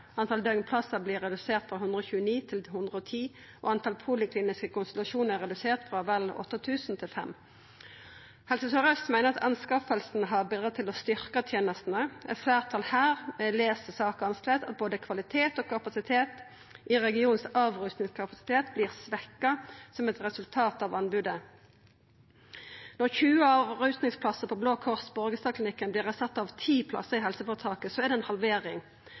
døgnplassar vert redusert frå 129 til 110, og talet på polikliniske konsultasjonar er redusert frå vel 8 000 til 5 000. Helse Sør-Aust meiner at anskaffinga har bidrege til å styrkja tenestene. Eit fleirtal her les saka annleis, at både kvalitet og kapasitet i regionen sin avrusingskapasitet vert svekt som eit resultat av anbodet. Når 20 avrusingsplassar på Blå Kors Borgestadklinikken vert erstatta av ti plassar i helseføretaket, er det ei halvering.